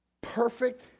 perfect